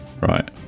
Right